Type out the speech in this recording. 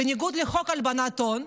בניגוד לחוק הלבנת הון,